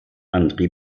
andre